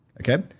okay